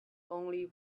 only